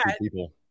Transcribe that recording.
people